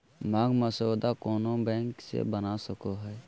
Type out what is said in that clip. मांग मसौदा कोनो बैंक से बना सको हइ